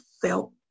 felt